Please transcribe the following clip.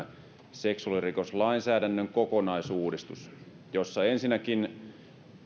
seksuaalirikoslainsäädännön kokonaisuudistus jossa ensinnäkin